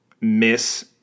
miss